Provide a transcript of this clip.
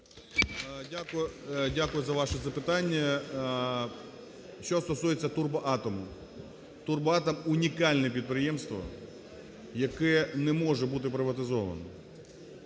Дякую за ваше запитання. Що стосується "Турбоатому". "Турбоатом" – унікальне підприємство, яке не може бути приватизовано.